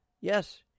yes